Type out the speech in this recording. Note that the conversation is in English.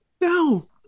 No